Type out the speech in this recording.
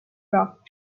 rock